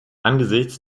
angesichts